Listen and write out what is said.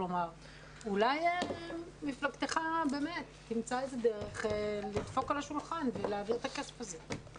אולי מפלגתך תמצא איזו דרך לדפוק על השולחן ולהעביר את הכסף הזה.